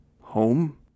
home